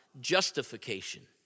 justification